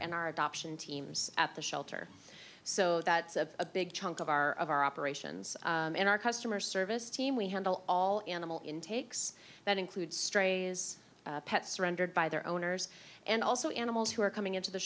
and our adoption teams at the shelter so that's a big chunk of our of our operations and our customer service team we handle all animal intakes that include strays pet surrendered by their owners and also animals who are coming into the